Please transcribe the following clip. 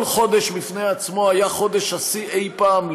כל חודש בפני עצמו היה חודש השיא אי-פעם,